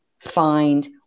find